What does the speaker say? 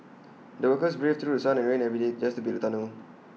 the workers braved through sun and rain every day just to build the tunnel